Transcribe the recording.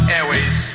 Airways